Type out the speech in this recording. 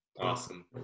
Awesome